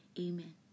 amen